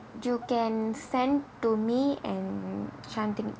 you can send to me and shanthini